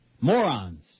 Morons